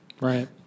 Right